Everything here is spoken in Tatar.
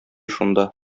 шунда